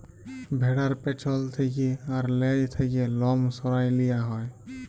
ভ্যাড়ার পেছল থ্যাকে আর লেজ থ্যাকে লম সরাঁয় লিয়া হ্যয়